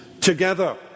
together